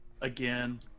Again